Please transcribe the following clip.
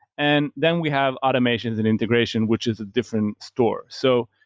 and then we have automations and integration, which is a different store. so,